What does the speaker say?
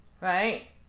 right